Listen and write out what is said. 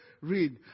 Read